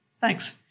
Thanks